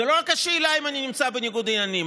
זו לא רק השאלה אם אני נמצא בניגוד עניינים,